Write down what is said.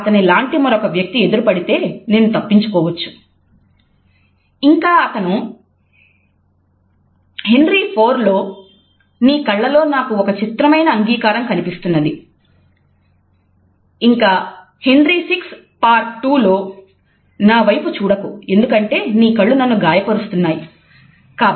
అతని లాంటి మరొక వ్యక్తి ఎదురుపడితే నేను తప్పించుకోవచ్చు" "Let me see his eyes that when I note another man like him I may avoid him" ఇంకా అతను హెన్రీ IV లో " నీ కళ్ళలో నాకు ఒక చిత్రమైన అంగీకారం కనిపిస్తున్నది" "I see a strange confession in thine eye" ఇంకా Henry VI part Henry VI Part II లో "నా వైపు చూడకు ఎందుకంటే నీ కళ్ళు నన్ను గాయపరుస్తున్నాయి" "look not upon me for thine eyes are wounding"